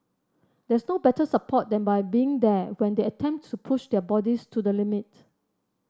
there's no better support than by being there when they attempt to push their bodies to the limit